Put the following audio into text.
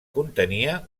contenia